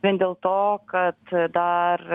vien dėl to kad dar